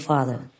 Father